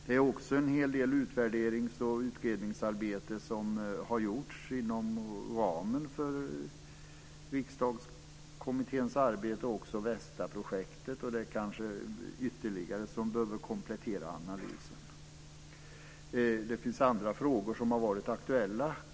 Det har också gjorts en hel del utvärderings och utredningsarbete inom ramen för Riksdagskommitténs arbete och även Vestaprojektet, och analysen behöver kanske ytterligare kompletteras. Också andra frågor har varit aktuella.